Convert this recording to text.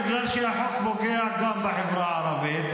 בגלל שהחוק פוגע גם בחברה הערבית,